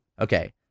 Okay